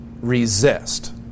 resist